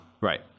Right